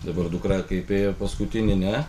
dabar dukra kaip ėjo paskutinį ne